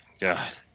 God